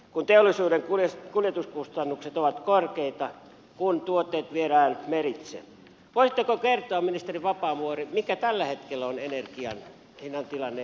kun teollisuuden kuljetuskustannukset ovat korkeita kun tuotteet viedään meritse voisitteko kertoa ministeri vapaavuori mikä tällä hetkellä on energian hinnan tilanne teollisuuden osalta